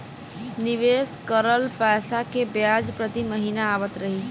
निवेश करल पैसा के ब्याज प्रति महीना आवत रही?